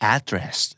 Address